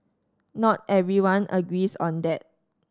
not everyone agrees on that